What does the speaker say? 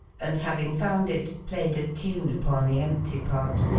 and having found it, played a tune upon the empty part.